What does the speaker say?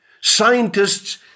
scientists